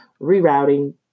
rerouting